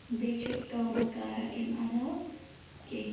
بیٚیہِ چھُنہٕ کٲما کارا اَمہِ عَلاو کیٚنٛہہ